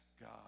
God